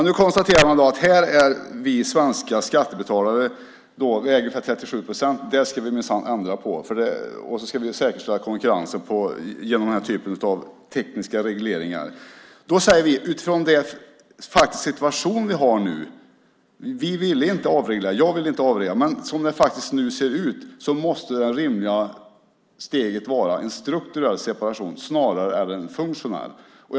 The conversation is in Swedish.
Nu konstaterar man att vi svenska skattebetalare äger 37 procent och att man minsann ska ändra på det, och vi ska säkerställa konkurrensen genom den här typen av tekniska regleringar. Då säger vi att utifrån den faktiska situation som vi nu har - jag ville inte avreglera - måste det rimliga steget vara en strukturell separation snarare än en funktionell.